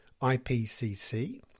IPCC